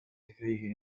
gekregen